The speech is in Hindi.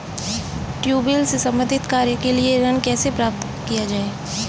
ट्यूबेल से संबंधित कार्य के लिए ऋण कैसे प्राप्त किया जाए?